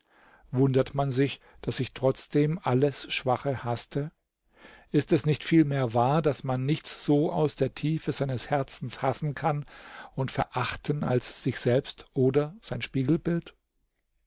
wundert man sich daß ich trotzdem alles schwache haßte ist es nicht vielmehr wahr daß man nichts so aus der tiefe seines herzens hassen kann und verachten als sich selbst oder sein spiegelbild